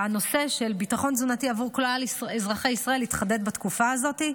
והנושא של ביטחון תזונתי עבור כלל אזרחי ישראל התחדד בתקופה הזאת.